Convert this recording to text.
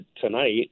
tonight